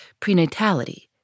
prenatality